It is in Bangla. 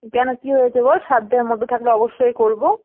কেন কী হয়েছে বল সাধ্যের মধ্যে থাকলে অবশ্যই করব